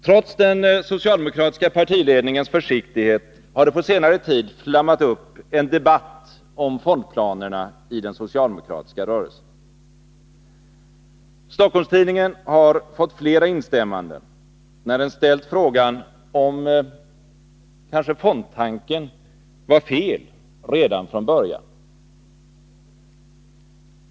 Trots den socialdemokratiska partiledningens försiktighet har det på senare tid flammat upp en debatt om fondplanerna i den socialdemokratiska rörelsen. Stockholms-Tidningen har fått flera instämmanden när den ställt frågan, om kanske fondtanken var fel redan från början.